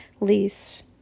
lease